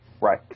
Right